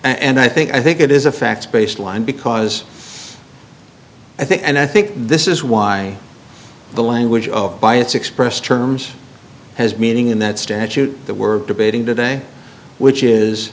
and i think i think it is a fact based line because i think and i think this is why the language of bias expressed terms has meaning in that statute that we're debating today which is